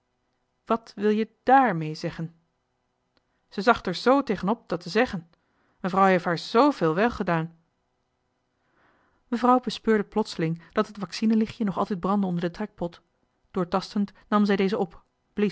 wat wil je dààrmee zeggen se sag d'er s tegen op dat te seggen mefrouw heef haar zfeel welgedaan mevrouw bespeurde plotseling dat het waxinelichtje nog altijd brandde onder den trekpot doortastend nam zij dezen op